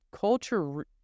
culture